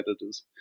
editors